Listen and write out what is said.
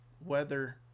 weather